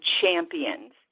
champions